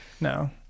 No